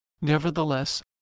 Nevertheless